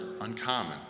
uncommon